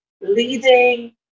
leading